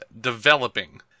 developing